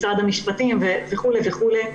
משרד המשפטים וכולי וכולי.